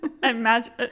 Imagine